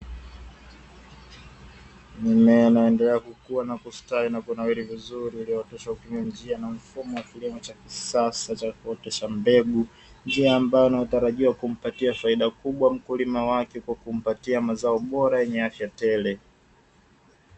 Mimea inayoendelea kukua na kustawi na kunawiri vizuri iliyooteshwa kwa kutumia njia na mfumo imo cha kisasa cha kuotesha mbegu, njia ambayo inayotarajiwa kumpatia faida kubwa Mkulima wake kwa kumpatia mazao bora yenye afya tele.